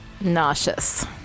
Nauseous